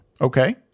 Okay